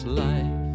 life